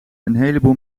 heleboel